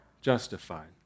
justified